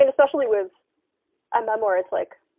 i mean especially with a memoir, it's like,